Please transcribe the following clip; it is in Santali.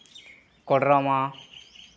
ᱠᱚᱰᱟᱨᱢᱟ